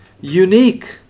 unique